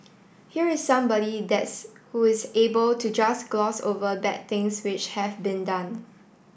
here is somebody that's who is able to just gloss over bad things which have been done